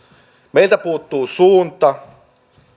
meiltä puuttuu suunta